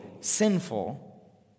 sinful